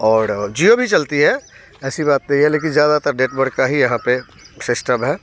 और जियो भी चलती है ऐसी बात नहीं है लेकिन ज़्यादातर नेटवर्क का ही यहाँ पे सेस्टम है